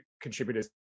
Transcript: contributors